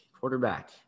quarterback